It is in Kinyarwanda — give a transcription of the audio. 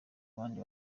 abandi